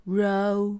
row